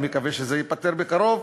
אני מקווה שזה ייפתר בקרוב.